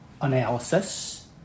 analysis